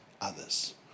others